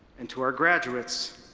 and to our graduates,